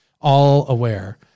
All-aware